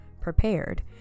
prepared